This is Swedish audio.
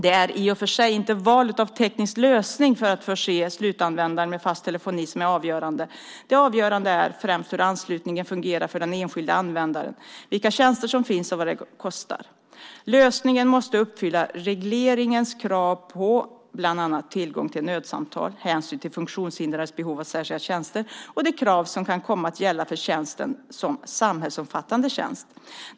Det är i och för sig inte valet av teknisk lösning för att förse slutanvändare med fast telefoni som är avgörande. Det avgörande är främst hur anslutningen fungerar för den enskilde användaren, vilka tjänster som finns och vad dessa kostar. Lösningen måste uppfylla regleringens krav på bland annat tillgång till nödsamtal, hänsyn till funktionshindrades behov av särskilda tjänster och de krav som kan komma att gälla för tjänsten som samhällsomfattande tjänst.